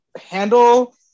handle